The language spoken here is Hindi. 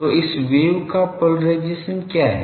तो इस वेव का पोलराइजेशन क्या है